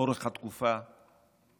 לאורך התקופה,